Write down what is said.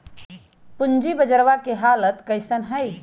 पूंजी बजरवा के हालत कैसन है?